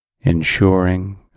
ensuring